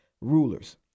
rulers